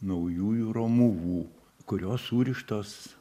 naujųjų romuvų kurios surištos